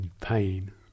pain